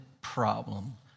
problem